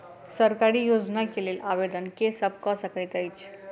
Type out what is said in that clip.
सरकारी योजना केँ लेल आवेदन केँ सब कऽ सकैत अछि?